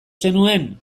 zenuen